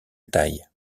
taille